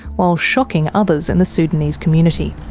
while shocking others in the sudanese community.